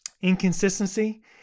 inconsistency